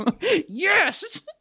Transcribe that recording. Yes